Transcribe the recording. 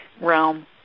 realm